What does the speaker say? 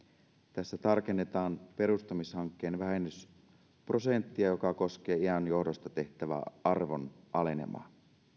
tässä tarkennetaan perustamishankkeen vähennysprosenttia joka koskee iän johdosta tehtävää arvon alenemaa